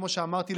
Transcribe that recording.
כמו שאמרתי,